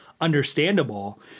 understandable